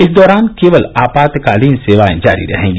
इस दौरान केवल आपातकालीन सेवाए जारी रहेगी